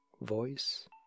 voice